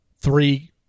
Three